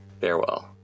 Farewell